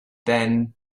then